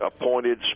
Appointed